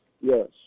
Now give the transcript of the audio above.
Yes